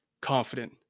confident